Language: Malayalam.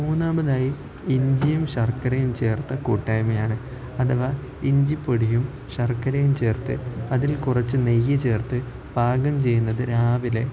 മൂന്നാമതായി ഇഞ്ചിയും ശർക്കരയും ചേർത്ത കൂട്ടായ്മയാണ് അഥവാ ഇഞ്ചിപ്പൊടിയും ശർക്കരയും ചേർത്ത് അതിൽ കുറച്ച് നെയ്യ് ചേർത്ത് പാകം ചെയ്യുന്നത് രാവിലെ